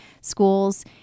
schools